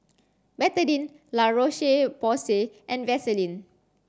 Betadine La Roche Porsay and Vaselin